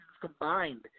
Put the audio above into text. combined